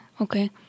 okay